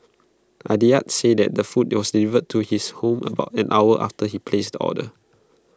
Aditya said that the food was delivered to his home about an hour after he placed the order